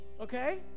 Okay